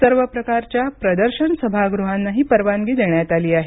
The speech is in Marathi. सर्व प्रकारच्या प्रदर्शन सभागृहांनाही परवानगी देण्यात आली आहे